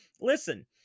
Listen